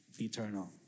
eternal